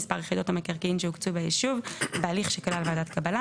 מספר יחידות המקרקעין שהוקצו ביישוב בהליך שכלל ועדת קבלה,